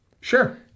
Sure